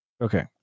Okay